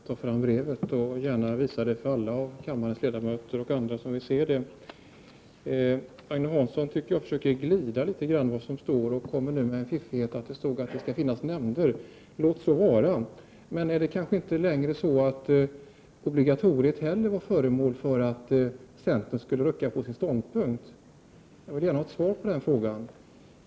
Herr talman! Jag skall självfallet ta fram brevet och visa det för kammarens ledamöter och andra som är intresserade. Jag tycker att Agne Hansson försöker glida undan det som står skrivet. Han kommer nu med en fiffighet om att det stod att det skall finnas nämnder. Låt så vara. Är det kanske inte längre så, att inte heller obligatoriet var föremål för diskussion för att centern skulle rucka på sin ståndpunkt? Jag vill gärna ha ett svar på den frågan.